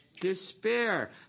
despair